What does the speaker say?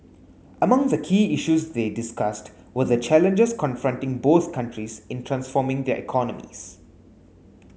among the key issues they discussed were the challenges confronting both countries in transforming their economies